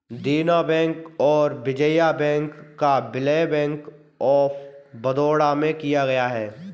देना बैंक और विजया बैंक का विलय बैंक ऑफ बड़ौदा में किया गया है